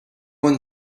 one